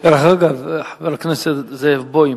הציבור, דרך אגב, חבר הכנסת זאב בוים,